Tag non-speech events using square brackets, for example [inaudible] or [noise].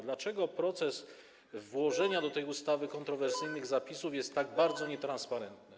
Dlaczego proces włożenia do tej ustawy kontrowersyjnych zapisów [noise] jest tak bardzo nietransparentny?